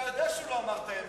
אתה יודע שהוא לא אמר את האמת.